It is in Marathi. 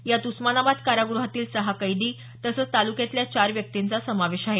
यात उस्मानाबाद कारागृहातील सहा कैदी तसंच तालुक्यातल्या चार व्यक्तिंचा समावेश आहे